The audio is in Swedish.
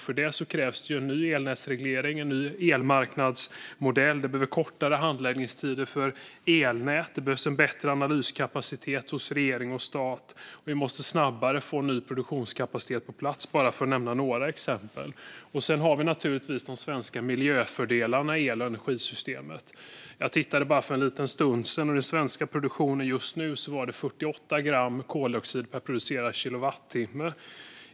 För det krävs det en ny elnätsreglering, en ny elmarknadsmodell, kortare handläggningstider för elnät, en bättre analyskapacitet hos regering och stat samt att vi får ny produktionskapacitet snabbare, bara för att nämna några exempel. Sedan har vi naturligtvis de svenska miljöfördelarna i el och energisystemet. Jag tittade på detta bara för en liten stund sedan. I den svenska produktionen är det just nu 48 gram koldioxid per producerad kilowatttimme.